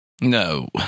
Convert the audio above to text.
No